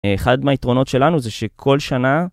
אחד מהיתרונות שלנו זה שכל שנה...